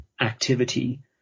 activity